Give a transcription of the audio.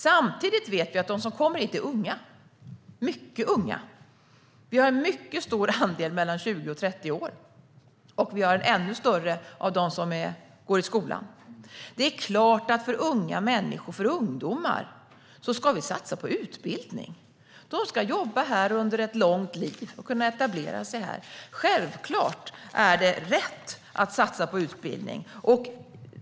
Samtidigt vet vi att de som kommer hit är unga, mycket unga. Vi har en stor andel mellan 20 och 30 år, och vi har en ännu större andel som går i skolan. Det är klart att vi ska satsa på utbildning för ungdomar. De ska jobba här under ett långt liv och kunna etablera sig här. Självklart är det rätt att satsa på utbildning.